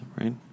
right